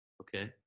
Okay